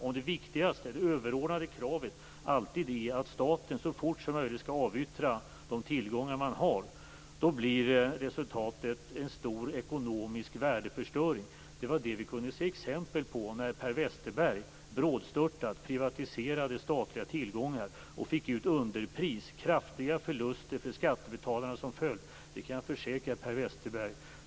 Om det viktigaste, överordnade kravet alltid är att staten så fort som möjligt skall avyttra de tillgångar man har blir resultatet en stor ekonomisk värdeförstöring. Det var det vi kunde se exempel på när Per Westerberg brådstörtat privatiserade statliga tillgångar och fick ut underpris, med kraftiga förluster för skattebetalarna som följd.